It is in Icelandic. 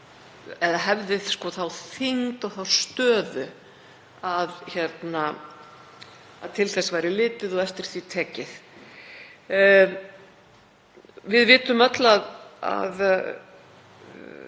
hefði það mikilvægi og þá stöðu að til þess væri litið og eftir því tekið. Við vitum öll, og